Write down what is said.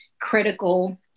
critical